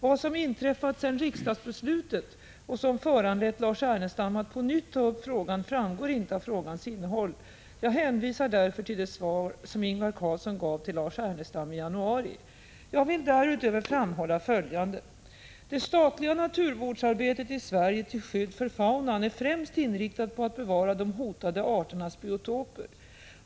Vad som inträffat sedan riksdagsbeslutet och som föranlett Lars Ernestam att på nytt ta upp frågan framgår inte av frågans innehåll. Jag hänvisar därför till det svar som Ingvar Carlsson gav till Lars Ernestam i januari. Jag vill därutöver framhålla följande. Det statliga naturvårdsarbetet i Sverige till skydd för faunan är främst inriktat på att bevara de hotade arternas biotoper.